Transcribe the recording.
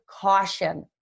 caution